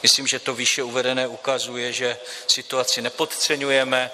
A myslím, že to výše uvedené ukazuje, že situaci nepodceňujeme.